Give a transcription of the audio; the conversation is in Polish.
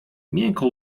miękko